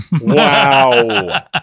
Wow